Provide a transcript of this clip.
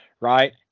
right